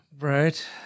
Right